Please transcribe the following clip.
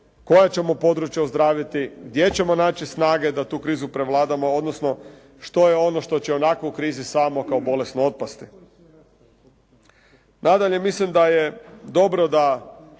koja ćemo područja ozdraviti, gdje ćemo naći snage da tu krizu prevladamo odnosno što je ono što će onako u krizi samo kao bolesno otpasti. Nadalje mislim da je dobro da